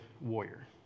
warrior